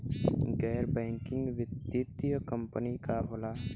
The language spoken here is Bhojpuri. गैर बैकिंग वित्तीय कंपनी का होला?